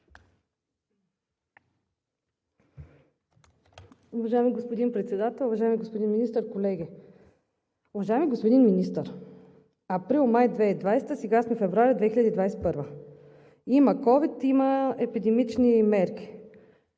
Уважаеми господин Председател, уважаеми господин Министър, колеги! Уважаеми господин Министър, април – май 2020 г., а сега сме февруари 2021 г. Има COVID, има епидемични мерки.